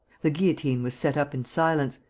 the guillotine was set up in silence,